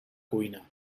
cuina